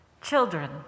Children